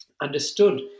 understood